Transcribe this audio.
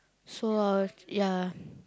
so I was ya